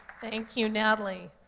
thank you, natalie.